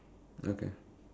okay